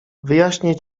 wyjaśnię